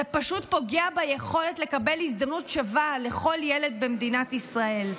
זה פשוט פוגע ביכולת לקבל הזדמנות שווה לכל ילד במדינת ישראל.